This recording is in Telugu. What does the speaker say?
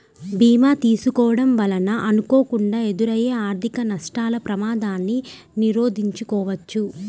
భీమా చేసుకోడం వలన అనుకోకుండా ఎదురయ్యే ఆర్థిక నష్టాల ప్రమాదాన్ని నిరోధించవచ్చు